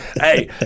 Hey